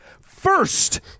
First